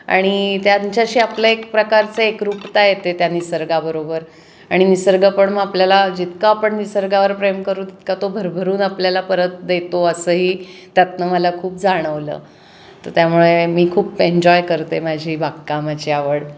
आणि त्यांच्याशी आपलं एक प्रकारचं एकरूपता येते त्या निसर्गाबरोबर आणि निसर्गपण मग आपल्याला जितका आपण निसर्गावर प्रेम करू तितका तो भरभरून आपल्याला परत देतो असंही त्यातनं मला खूप जाणवलं तर त्यामुळे मी खूप एन्जॉय करते माझी बागकामाची आवड